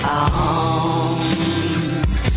arms